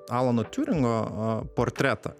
alano tiuringo portretą